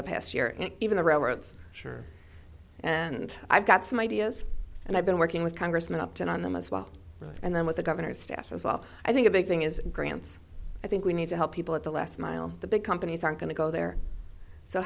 the past year and even the railroads sure and i've got some ideas and i've been working with congressman upton on them as well and then with the governor's staff as well i think a big thing is grants i think we need to help people at the last mile the big companies are going to go there so